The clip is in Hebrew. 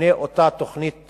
לפני אותה תוכנית